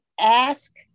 ask